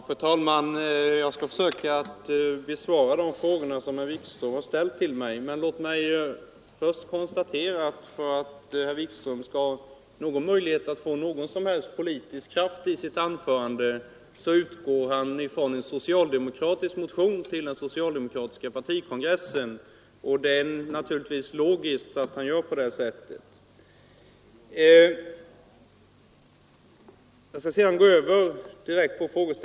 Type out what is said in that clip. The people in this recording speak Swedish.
Fru talman! Jag skall försöka besvara de frågor som herr Wikström ställt till mig. Men låt mig först konstatera att för att herr Wikström skall ha möjlighet att få någon som helst politisk kraft i sitt anförande utgår han från en motion till den socialdemokratiska partikongressen, och det är naturligtvis logiskt att han gör på det sättet. Jag går så direkt över till frågorna.